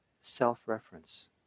self-reference